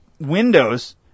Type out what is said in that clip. windows